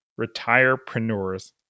retirepreneurs